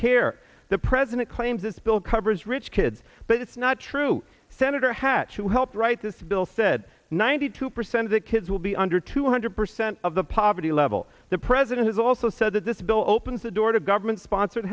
care the president claims this bill covers rich kids but it's not true senator hatch who helped write this bill said ninety two percent of the kids will be under two hundred percent of the poverty level the president has also said that this bill opens the door to government sponsored